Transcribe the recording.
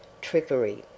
trickery